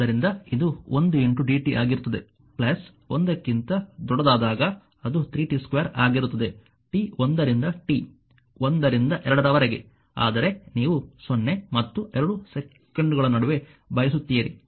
ಆದ್ದರಿಂದ ಇದು 1 dt ಆಗಿರುತ್ತದೆ ಒಂದಕ್ಕಿಂತ ದೊಡ್ಡದಾದಾಗ ಅದು 3 t 2 ಆಗಿರುತ್ತದೆ t1 ರಿಂದ t 1 ರಿಂದ 2 ವರೆಗೆ ಆದರೆ ನೀವು 0 ಮತ್ತು 2 ಸೆಕೆಂಡುಗಳ ನಡುವೆ ಬಯಸುತ್ತೀರಿ